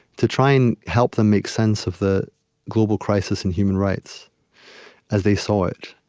to try and help them make sense of the global crisis in human rights as they saw it.